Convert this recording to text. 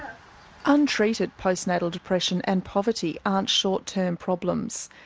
untreated postnatal depression and poverty aren't short-term problems,